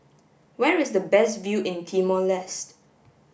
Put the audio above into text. where is the best view in Timor Leste